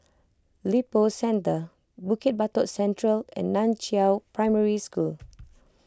Lippo Centre Bukit Batok Central and Nan Chiau Primary School